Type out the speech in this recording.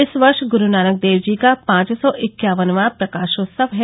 इस वर्ष ग्रुनानक देव जी का पांच सौ इक्यावनवां प्रकाशोत्सव है